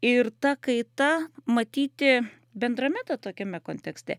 ir ta kaita matyti bendrame tokiame kontekste